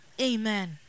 Amen